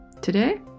Today